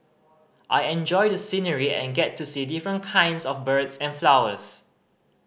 i enjoy the scenery and get to see different kinds of birds and flowers